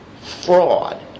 fraud